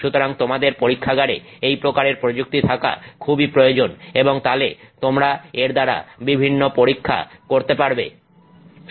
সুতরাং তোমাদের পরীক্ষাগারে এই প্রকারের প্রযুক্তি থাকা খুবই প্রয়োজন এবং তালে তোমরা এর দ্বারা বিভিন্ন পরীক্ষা করতে পারবে